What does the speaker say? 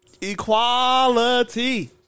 Equality